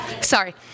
Sorry